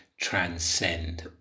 transcend